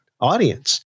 audience